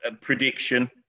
prediction